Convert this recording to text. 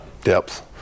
depth